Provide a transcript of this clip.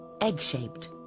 egg-shaped